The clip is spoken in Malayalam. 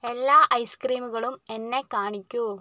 എല്ലാ ഐസ്ക്രീമുകളും എന്നെ കാണിക്കുക